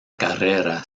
carrera